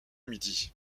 midi